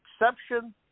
exception